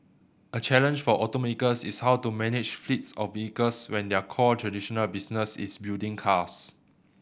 a challenge for automakers is how to manage fleets of vehicles when their core traditional business is building cars